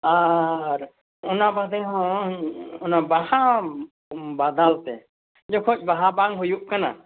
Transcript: ᱟᱨ ᱚᱱᱟ ᱵᱟᱫᱮ ᱦᱚᱸ ᱚᱱᱟ ᱵᱟᱦᱟ ᱵᱟᱫᱟᱞᱛᱮ ᱡᱚᱠᱷᱚᱱ ᱵᱟᱦᱟ ᱵᱟᱝ ᱦᱩᱭᱩᱜ ᱠᱟᱱᱟ